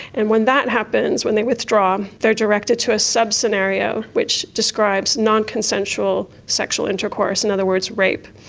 and when that happens, when they withdraw, they are directed to a sub-scenario which describes non-consensual sexual intercourse, in other words rape.